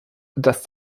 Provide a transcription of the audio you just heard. dass